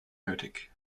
nötig